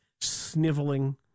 Sniveling